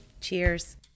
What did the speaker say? Cheers